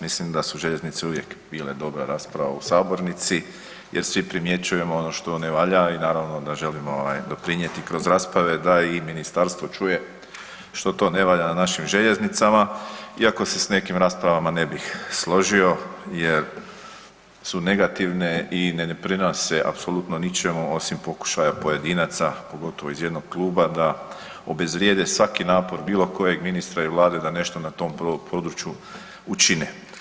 Mislim da su željeznice uvijek bile dobra rasprava u sabornici jer svi primjećujemo ono što ne valja i naravno da želimo ovaj doprinijeti kroz rasprave da i ministarstvo čuje što to ne valja na našim željeznicama iako se s nekim raspravama ne bih složio jer su negativne i ne doprinose apsolutno ničemu osim pokušaja pojedinaca pogotovo iz jednog kluba da obezvrijede svaki napor bilo kojeg ministara i Vlade na nešto na tom području učine.